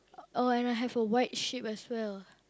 oh and I have a white sheep as well